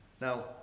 Now